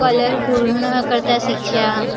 colour પૂર્ણ કરતા શીખ્યા